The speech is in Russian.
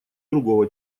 другого